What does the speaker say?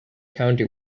county